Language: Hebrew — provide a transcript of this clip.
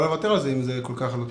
אם זה כל כך לא טוב.